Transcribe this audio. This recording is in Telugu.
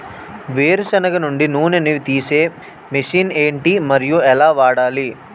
వేరు సెనగ నుండి నూనె నీ తీసే మెషిన్ ఏంటి? మరియు ఎలా వాడాలి?